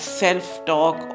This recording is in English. self-talk